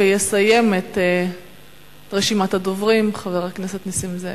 ויסיים את רשימת הדוברים חבר הכנסת נסים זאב.